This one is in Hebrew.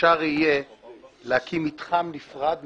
שאפשר יהיה להקים מתחם נפרד מוסתר,